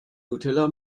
nutella